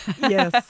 Yes